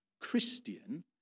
Christian